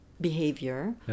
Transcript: behavior